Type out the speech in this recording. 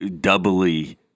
doubly